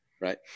Right